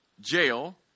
jail